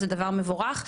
זה דבר מבורך.